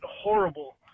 horrible